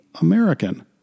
American